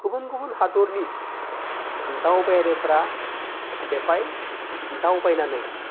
गुबुन गुबुन हादरनि दावबायारिफोरा बेवहाय दावबायनानै